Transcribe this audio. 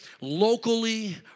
locally